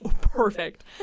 perfect